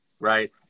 right